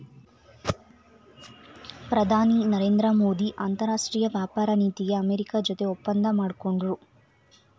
ಪ್ರಧಾನಿ ನರೇಂದ್ರ ಮೋದಿ ಅಂತರಾಷ್ಟ್ರೀಯ ವ್ಯಾಪಾರ ನೀತಿಗೆ ಅಮೆರಿಕ ಜೊತೆ ಒಪ್ಪಂದ ಮಾಡ್ಕೊಂಡ್ರು